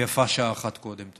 ויפה שעה אחת קודם.